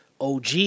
OG